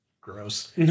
Gross